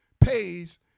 pays